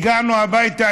הגענו הביתה,